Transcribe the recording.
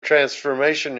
transformation